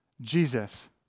Jesus